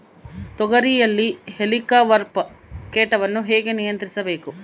ತೋಗರಿಯಲ್ಲಿ ಹೇಲಿಕವರ್ಪ ಕೇಟವನ್ನು ಹೇಗೆ ನಿಯಂತ್ರಿಸಬೇಕು?